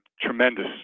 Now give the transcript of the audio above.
tremendous